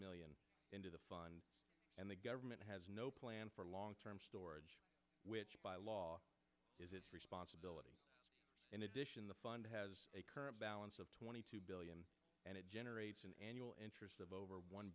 million into the fund and the government has no plan for long term storage which by law is its responsibility in addition the fund has a current balance of twenty two billion and it generates an annual interest of over one